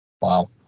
Wow